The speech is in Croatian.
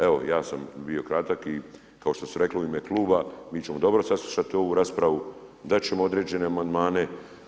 Evo ja sam bio kratak i kao što sam rekao u ime kluba mi ćemo dobro saslušati ovu raspravu, dat ćemo određene amandmane.